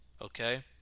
okay